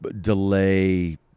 delay